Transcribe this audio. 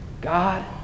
God